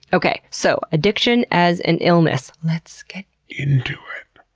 okay, so addiction as an illness. let's get into it.